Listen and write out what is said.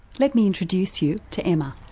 let me introduce you to emma.